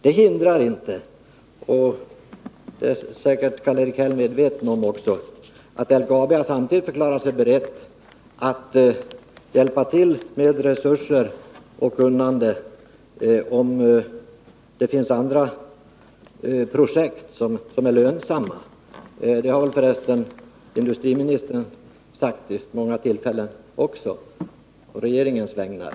Det hindrar emellertid inte — det är säkerligen också Karl-Erik Häll medveten om — att LKAB samtidigt förklarat sig berett att hjälpa till med resurser och kunnande för att realisera eventuella andra projekt som är lönsamma. Detta har förresten också industriministern sagt vid många tillfällen på regeringens vägnar.